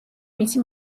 მისი